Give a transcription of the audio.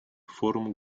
форум